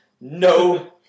no